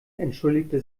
entschuldigte